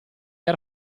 era